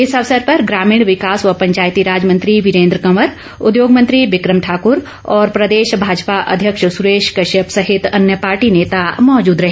इस अवसर पर ग्रामीण विकास व पंचायतीराज मंत्री वीरेन्द्र कंवर उद्योग मंत्री बिकम ठाकुर और प्रदेश भाजपा अध्यक्ष सुरेश कश्यप अन्य पार्टी नेता मौजूद रहे